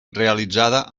realitzada